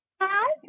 Hi